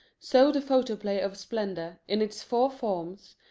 so the photoplay of splendor, in its four forms,